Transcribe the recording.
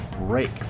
break